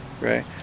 Right